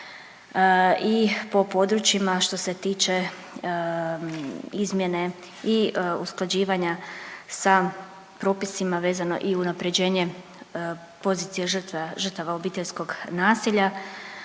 i po područjima što se tiče izmjene i usklađivanja sa propisima vezano i unapređenje pozicije žrtava obiteljskog nasilja